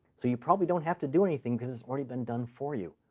so you probably don't have to do anything because it's already been done for you.